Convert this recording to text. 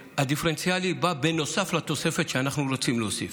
הדיפרנציאלי בא נוסף על התוספת שאנחנו רוצים להוסיף.